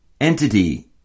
entity